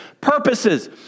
purposes